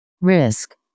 Risk